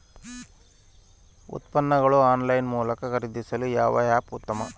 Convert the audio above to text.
ಉತ್ಪನ್ನಗಳನ್ನು ಆನ್ಲೈನ್ ಮೂಲಕ ಖರೇದಿಸಲು ಯಾವ ಆ್ಯಪ್ ಉತ್ತಮ?